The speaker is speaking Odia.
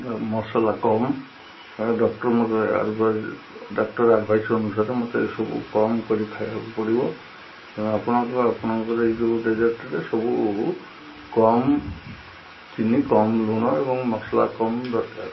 ମସଲା କମ୍ ଡକ୍ଟର ମୋତେ ଆଭ ଡକ୍ଟର ଆଡ଼ଭାଇସ୍ ଅନୁସାରେ ମୋତେ ଏସବୁ କମ୍ କରି ଖାଇବାକୁ ପଡ଼ିବ ତ ଆପଣଙ୍କ ଆପଣଙ୍କର ଏଇ ଯେଉଁ ଡେଜର୍ଟରେ ସବୁ କମ୍ ଚିନି କମ୍ ଲୁଣ ଏବଂ ମସଲା କମ୍ ଦରକାର